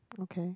okay